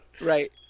Right